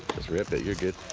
let's wrap that you're good